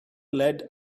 led